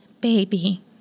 baby